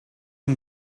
and